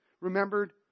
remembered